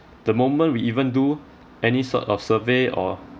the moment we even do any sort of survey or